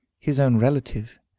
his own relative,